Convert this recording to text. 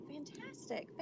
Fantastic